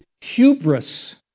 hubris